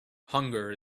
hunger